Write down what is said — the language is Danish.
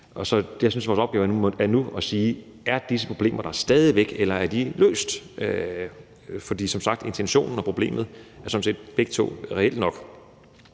Jeg synes, at vores opgave nu er at sige: Er disse problemer der stadig væk, eller er de løst? For som sagt er intentionen og problemet sådan set begge to reelle nok.